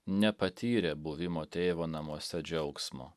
nepatyrė buvimo tėvo namuose džiaugsmo